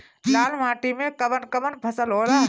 लाल माटी मे कवन कवन फसल होला?